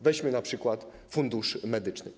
Weźmy np. Fundusz Medyczny.